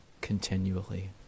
continually